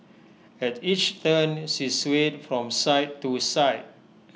at each turn she swayed from side to side